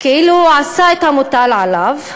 כאילו עשה את המוטל עליו,